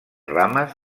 rames